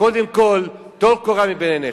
קודם כול טול קורה מבין עיניך.